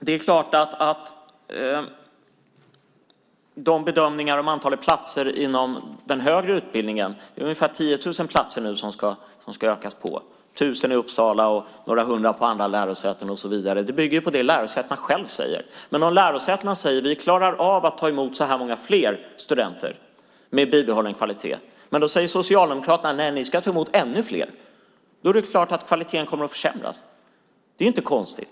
Det har gjorts bedömningar om antalet platser inom den högre utbildningen. Det är nu ungefär 10 000 platser som ska ökas på. Det är 1 000 i Uppsala och några hundra på andra lärosäten och så vidare. Det bygger på vad lärosätena själva säger. Lärosätena säger själva: Vi klarar av att ta emot så här många studenter med bibehållen kvalitet. Socialdemokraterna säger då: Ni ska ta emot ännu fler. Det är klart att kvaliteten då kommer att försämras. Det är inte konstigt.